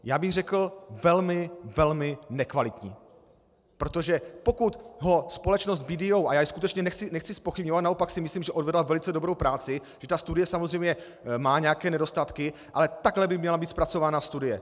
Já bych řekl velmi, velmi nekvalitní, protože pokud ho společnost BDO, já ji skutečně nechci zpochybňovat, naopak si myslím, že odvedla velice dobrou práci, i když ta studie samozřejmě má nějaké nedostatky, ale takhle by měla být zpracována studie.